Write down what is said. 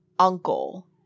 uncle